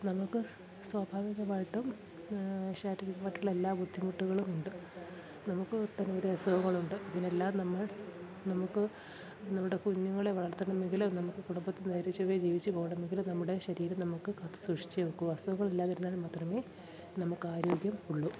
നമുക്ക് സ്വാഭാവികമായിട്ടും ശാരീരികമായിട്ടുള്ള എല്ലാ ബുദ്ധിമുട്ടുകളും ഉണ്ട് നമുക്ക് ഒട്ടനവധി അസുഖങ്ങളുണ്ട് ഇതിനെല്ലാം നമ്മൾ നമുക്ക് നമ്മുടെ കുഞ്ഞുങ്ങളെ വളർത്തണമെങ്കിൽ നമുക്ക് കുടുംബത്തിൽ നേരെ ചൊവ്വേ ജീവിച്ച് പോകണമെങ്കിൽ നമ്മുടെ ശരീരം നമുക്ക് കാത്ത് സൂക്ഷിച്ചേ ഒക്കു അസുഖങ്ങളില്ലാതിരുന്നാൽ മാത്രമേ നമുക്കാരോഗ്യം ഉള്ളു